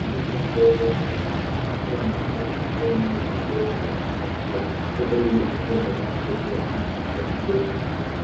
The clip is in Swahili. Mtoto mdogo wa kiafrika, akiwa amesimama katika eneo lenye udogo na mimea michache. Mtoto huyu akiwa ameva sketi ya buluu na shati jeupe.